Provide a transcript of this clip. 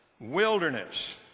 wilderness